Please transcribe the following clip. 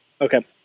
Okay